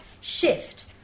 shift